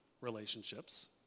relationships